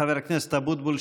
חבר הכנסת אבוטבול,